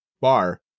bar